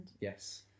Yes